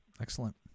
Excellent